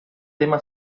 tema